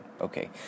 Okay